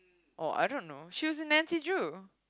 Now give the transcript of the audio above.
oh I don't know she was in Nancy-Drew